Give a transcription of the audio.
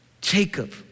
Jacob